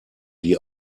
die